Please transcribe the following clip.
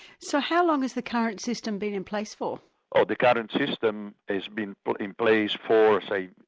so how long has the current system been in place for? ah the current system has been been in place for, say,